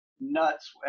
nuts